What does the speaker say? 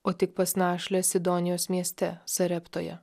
o tik pas našlę sidonijos mieste sareptoje